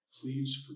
Please